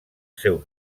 seu